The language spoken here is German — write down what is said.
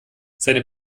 seine